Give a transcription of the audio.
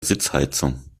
sitzheizung